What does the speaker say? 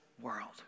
world